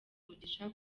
umugisha